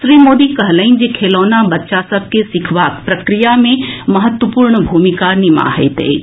श्री मोदी कहलनि जे खेलौना बच्चा सभ के सीखबाक प्रक्रिया मे महत्वपूर्ण भूमिका निमाहैत अछि